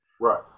Right